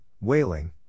wailing